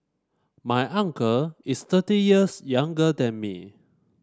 my uncle is thirty years younger than me